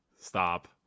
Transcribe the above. stop